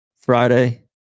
Friday